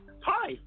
Hi